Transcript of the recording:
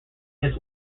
his